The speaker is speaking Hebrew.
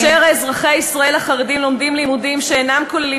כאשר אזרחי ישראל החרדים לומדים לימודים שאינם כוללים